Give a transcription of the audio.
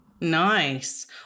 Nice